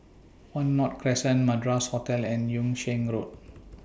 one North Crescent Madras Hotel and Yung Sheng Road